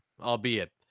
albeit